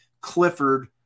Clifford